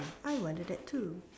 I wanted that too